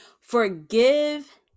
Forgive